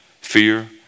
fear